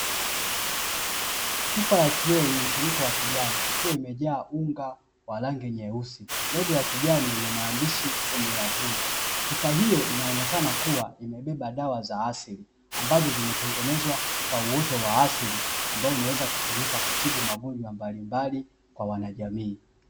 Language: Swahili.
Chupa ya kioo yenye mfuniko wa kijani, ikiwa imejaa unga wa rangi nyeusi, lebo ya kijani yenye maandishi "bomu la vumba", chupa hiyo inaonekana kuwa imebeba dawa za asili ambazo zimetengenezwa kwa uoto wa asili, ambao unaweza kutumika kutibu magonjwa mbalimbali kwa wanajamii.